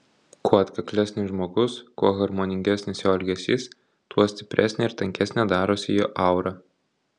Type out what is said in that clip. kuo atkaklesnis žmogus kuo harmoningesnis jo elgesys tuo stipresnė ir tankesnė darosi jo aura